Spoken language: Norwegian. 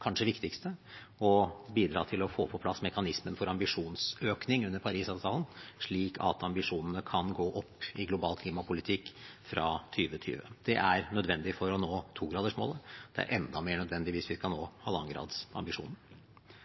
kanskje det viktigste å bidra til å få på plass mekanismen for ambisjonsøkning under Parisavtalen, slik at ambisjonene kan gå opp i global klimapolitikk fra 2020. Det er nødvendig for å nå 2-gradersmålet. Det er enda mer nødvendig hvis vi skal nå